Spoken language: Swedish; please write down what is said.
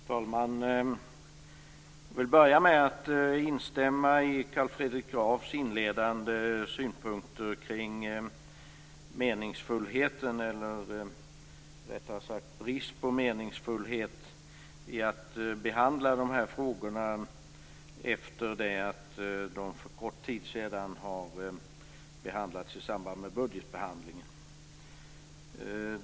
Fru talman! Jag vill börja med att instämma i Carl Fredrik Grafs inledande synpunkter kring det meningsfulla eller, rättare sagt, det ej meningsfulla med att behandla dessa frågor när de för en kort tid sedan togs upp i samband med budgetbehandlingen.